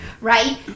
Right